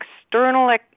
external